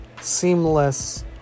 seamless